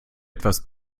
etwas